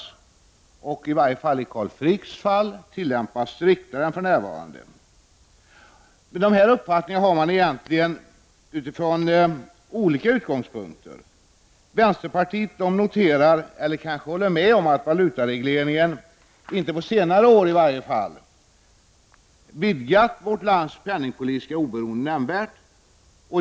Man anser — i varje fall gör Carl Frick det — att den också skall tillämpas striktare än vad som för närvarande är fallet. Det finns olika utgångspunkter för resonemanget. Inom vänsterpartiet noterar man — kanske är det t.o.m. så, att man håller med om detta — att valutaregleringen, i varje fall inte på senare år, nämnvärt har vidgat landets penningpolitiska beroende.